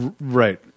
right